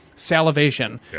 salivation